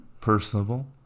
personable